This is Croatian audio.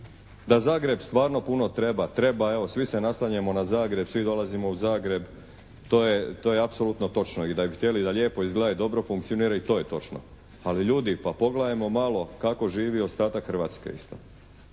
Da Zagreb stvarno puno treba treba, evo svi se naslanjamo na Zagreb, svi dolazimo u Zagreb, to je apsolutno točno. I da bi htjeli da lijepo izgleda i dobro funkcionira, i to je točno. Ali ljudi, pa pogledajmo malo kako živi ostatak Hrvatske.